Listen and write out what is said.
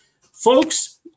Folks